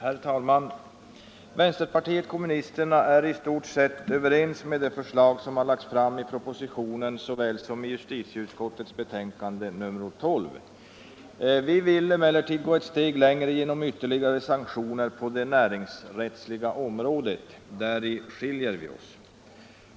Hett talman! Vänsterpartiet kommunisterna instämmer i stort i de förslag som har lagts fram i såväl propositionen som justitieutskottets betänkande nr 12. Vi vill emellertid gå ett steg längre genom ytterligare sanktioner på det näringsrättsliga området. Däri skiljer vi oss.